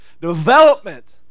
development